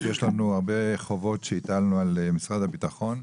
יש לנו הרבה חובות שהטלנו על משרד הביטחון,